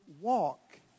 walk